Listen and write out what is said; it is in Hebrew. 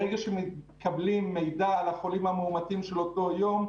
ברגע שמקבלים מידע על החולים המאומתים של אותו יום,